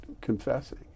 confessing